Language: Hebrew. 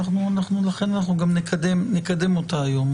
לכן אנחנו גם נקדם אותה היום,